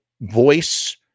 voice